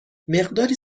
مقداری